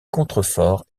contreforts